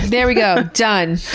there we go. done.